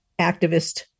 activist